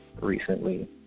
recently